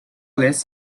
less